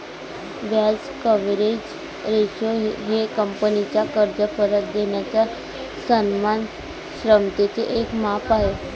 व्याज coverage ratio हे कंपनीचा कर्ज परत देणाऱ्या सन्मान क्षमतेचे एक माप आहे